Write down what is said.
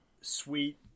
sweet